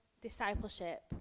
discipleship